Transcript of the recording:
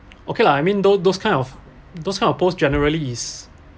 okay lah I mean those those kind of those kind of post generally is